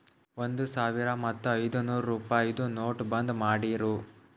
ಒಂದ್ ಸಾವಿರ ಮತ್ತ ಐಯ್ದನೂರ್ ರುಪಾಯಿದು ನೋಟ್ ಬಂದ್ ಮಾಡಿರೂ